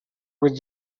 with